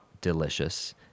delicious